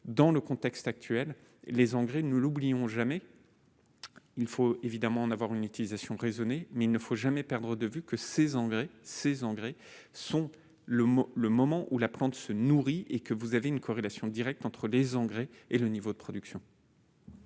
dans le contexte actuel, les Anglais ne l'oublions jamais, il faut évidemment d'avoir une utilisation raisonnée mais il ne faut jamais perdre de vue que ces engrais ces engrais sont le mot, le moment où la prendre, se nourrit et que vous avez une corrélation directe entre les engrais et le niveau de production.